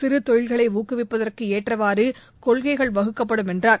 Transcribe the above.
சிறு தொழில்களை ஊக்குவிப்பதற்கு ஏற்றவாறு கொள்கைகள் வகுக்கப்படும் என்றார்